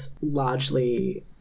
largely